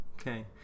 okay